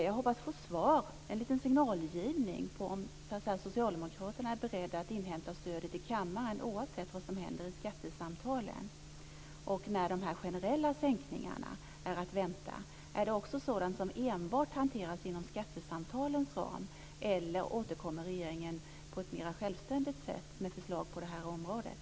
Jag hoppas på att få en liten signal om ifall socialdemokraterna är beredda att inhämta stödet i kammaren, oavsett vad som händer i skattesamtalen, och om när de generella skattesänkningarna är att vänta. Är det också sådant som enbart hanteras inom skattesamtalens ram, eller återkommer regeringen på ett mer självständigt sätt med förslag på det här området?